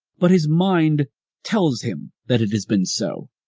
but his mind tells him that it has been so.